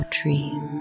trees